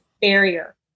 barrier